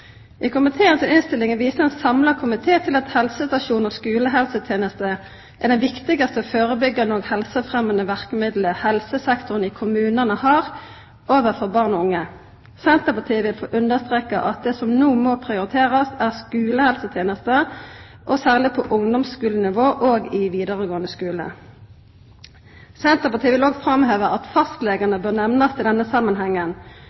I komiteen si innstilling viser ein samla komité til at helsestasjons- og skulehelsetenesta er det viktigaste førebyggjande og helsefremmande verkemidlet helsesektoren i kommunane har overfor barn og unge. Senterpartiet vil få understreka at det som no må prioriterast, er skulehelseteneste, særleg på ungdomsskulenivå og i vidaregåande skule. Senterpartiet vil òg framheva at fastlegane bør nemnast i denne samanhengen.